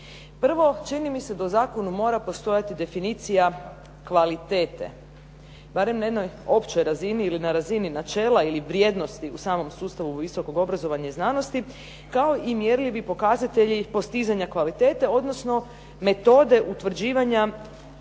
Prvo, čini mi se da u zakonu mora postojati definicija kvalitete barem na jednoj općoj razini ili na razini načela ili vrijednosti u samom sustavu visokog obrazovanja i znanosti kao i mjerljivi pokazatelji postizanja kvalitete, odnosno metode utvrđivanja